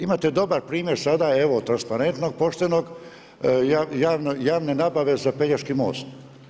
Imate dobar primjer, sada, evo transparentnog, poštenog, javne nabave za Pelješki most.